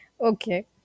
Okay